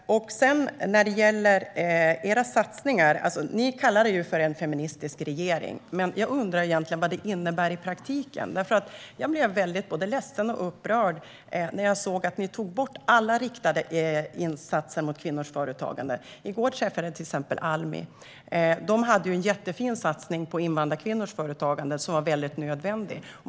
Ni kallar er för en feministisk regering. Men jag undrar vad det innebär i praktiken. Jag blev både ledsen och upprörd när jag såg att ni tog bort alla insatser som riktades till kvinnors företagande. I går träffade jag Almi. De hade en jättefin satsning på invandrarkvinnors företagande som var nödvändig.